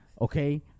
Okay